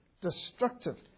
destructive